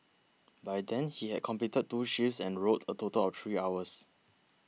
by then he had completed two shifts and rowed a total of three hours